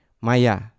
maya